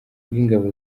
bw’ingabo